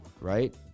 right